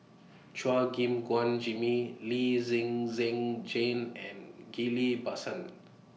Chua Gim Guan Jimmy Lee Zhen Zhen Jane and Ghillie BaSan